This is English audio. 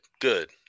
good